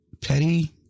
petty